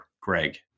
Greg